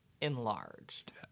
enlarged